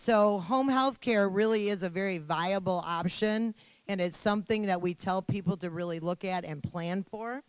so home health care really is a very viable option and it's something that we tell people to really look at m plan for